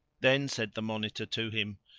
then said the monitor to him,